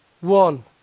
one